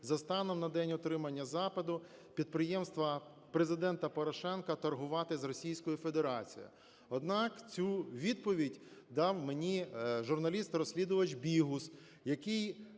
за станом на день отримання запиту підприємства Президента Порошенка торгувати з Російською Федерацією. Однак цю відповідь дав мені журналіст-розслідувач Бігус, який